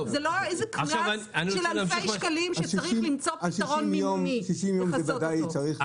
זה לא איזה קנס של אלפי שקלים שצריך למצוא פתרון מימוני לכסות אותו.